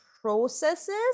processes